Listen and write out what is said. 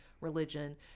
religion